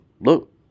look